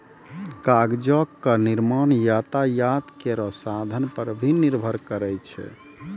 कागजो क निर्माण यातायात केरो साधन पर भी निर्भर करै छै